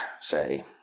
say